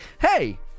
hey